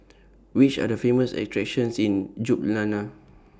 Which Are The Famous attractions in Ljubljana